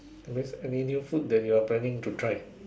that means any new food you are planning to try